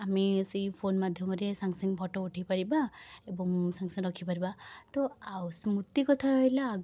ଆମେ ସେଇ ଫୋନ୍ ମାଧ୍ୟମରେ ସାଙ୍ଗସାଙ୍ଗେ ଫଟୋ ଉଠେଇପାରିବା ଏବଂ ସାଙ୍ଗସାଙ୍ଗେ ରଖିପାରିବା ତ ଆଉ ସ୍ମୁତି କଥା ରହିଲା ଆଗ